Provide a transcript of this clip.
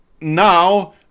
now